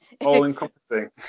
all-encompassing